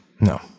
No